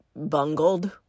bungled